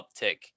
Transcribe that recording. uptick